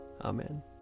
Amen